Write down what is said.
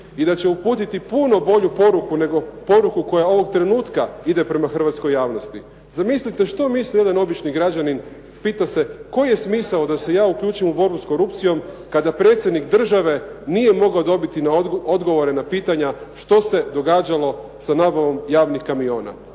i da će uputiti puno bolju poruku nego poruku koja ovog trenutka ide prema hrvatskoj javnosti. Zamislite što misli jedan obični građanin, pita se koji je smisao da se ja uključim u borbu s korupcijom kada predsjednik države nije mogao dobiti odgovore na pitanja što se događalo sa nabavom javnih kamiona.